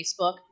Facebook